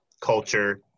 culture